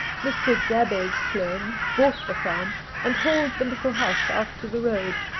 mr. jabez sloane bought the farm and hauled the little house out to the road.